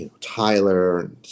Tyler